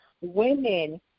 women